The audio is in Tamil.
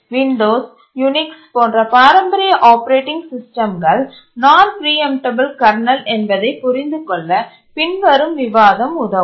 விண்டோஸ் யூனிக்ஸ் போன்ற பாரம்பரிய ஆப்பரேட்டிங் சிஸ்டம்கள் நான் பிரீஎம்டபல் கர்னல் என்பதை புரிந்து கொள்ள பின்வரும் விவாதம் உதவும்